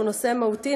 שהוא נושא מהותי,